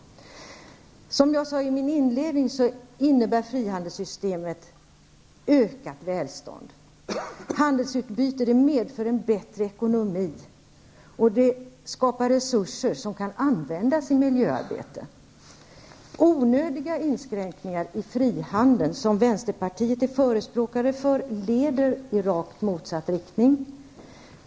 Som jag sade i mitt inledningsanförande innebär frihandelssystemet ökat välstånd. Handelsutbyte medför en bättre ekonomi och skapar resurser som kan användas i miljöarbetet. Onödiga inskränkningar i frihandeln, som vänsterpartiet är förespråkare för, leder i rakt motsatt riktning.